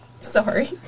sorry